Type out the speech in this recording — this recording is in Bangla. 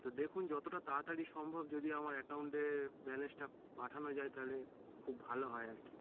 তা দেখুন যতোটা তাড়াতাড়ি সম্ভব যদি আমার অ্যাকাউন্টে ব্যালেন্সটা পাঠানো যায় তাহলে খুব ভালো হয় আর কি